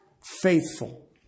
faithful